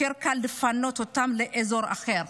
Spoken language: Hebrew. קל יותר לפנות לאזור אחר.